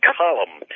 column